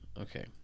Okay